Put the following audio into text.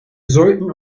sollten